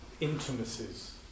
intimacies